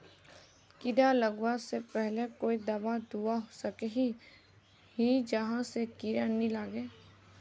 कीड़ा लगवा से पहले कोई दाबा दुबा सकोहो ही जहा से कीड़ा नी लागे?